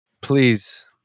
please